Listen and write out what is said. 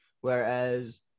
whereas